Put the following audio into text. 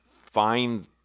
find